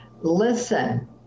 Listen